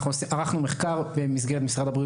אנחנו ערכנו במסגרת משרד הבריאות